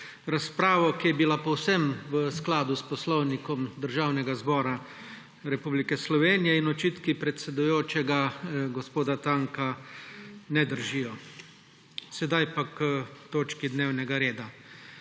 razpravo, ki je bila povsem v skladu s Poslovnikom Državnega zbora Republike Slovenije, in očitki predsedujočega gospoda Tanka ne držijo. Sedaj pa k točki dnevnega reda.